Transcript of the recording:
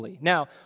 Now